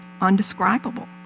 undescribable